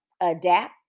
adapt